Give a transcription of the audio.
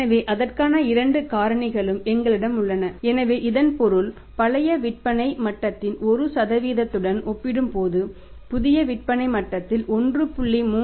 எனவே அதற்கான இரண்டு காரணிகளும் எங்களிடம் உள்ளன எனவே இதன் பொருள் பழைய விற்பனை மட்டத்தின் 1 உடன் ஒப்பிடும்போது புதிய விற்பனை மட்டத்தில் 1